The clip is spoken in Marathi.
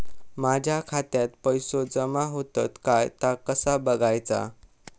माझ्या खात्यात पैसो जमा होतत काय ता कसा बगायचा?